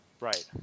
Right